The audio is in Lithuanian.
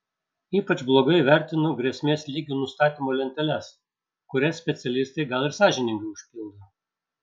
ypač blogai vertinu grėsmės lygių nustatymo lenteles kurias specialistai gal ir sąžiningai užpildo